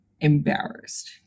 embarrassed